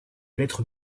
lettres